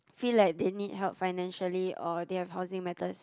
feel like they need help financially or they have housing matters